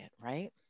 right